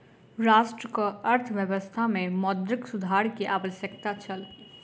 राष्ट्रक अर्थव्यवस्था में मौद्रिक सुधार के आवश्यकता छल